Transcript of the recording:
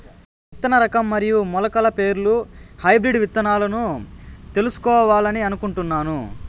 నేను విత్తన రకం మరియు మొలకల పేర్లు హైబ్రిడ్ విత్తనాలను తెలుసుకోవాలని అనుకుంటున్నాను?